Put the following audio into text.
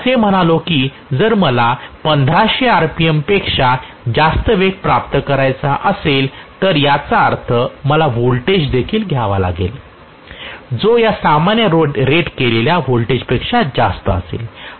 जर मी असे म्हणालो की जर मला 1500 rpmपेक्षा जास्त वेग प्राप्त करायचा असेल तर याचा अर्थ मला व्होल्टेज देखील घ्यावा लागेल जो या सामान्य रेट केलेल्या व्होल्टेजपेक्षा जास्त असेल